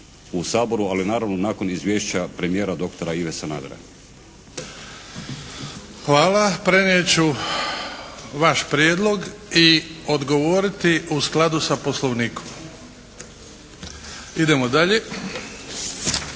Hvala. Prenijet ću vaš prijedlog i odgovoriti u skladu sa Poslovnikom. Idemo dalje.